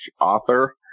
author